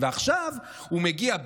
ועכשיו הוא מגיע,